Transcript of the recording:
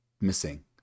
missing